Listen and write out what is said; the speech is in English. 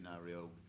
scenario